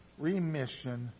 remission